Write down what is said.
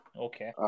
okay